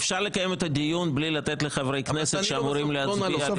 אפשר לקיים את הדיון בלי לתת לחברי כנסת שאמורים להצביע?